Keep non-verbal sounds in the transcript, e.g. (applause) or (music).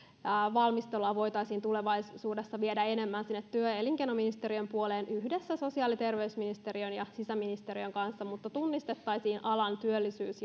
valmistelua voitaisiin tulevaisuudessa viedä enemmän sinne työ ja elinkeinoministeriön puoleen yhdessä sosiaali ja terveysministeriön ja sisäministeriön kanssa mutta tunnistettaisiin alan työllisyys (unintelligible)